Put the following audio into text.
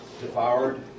devoured